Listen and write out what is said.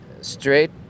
straight